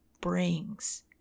brings